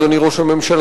אדוני ראש הממשלה,